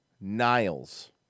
Niles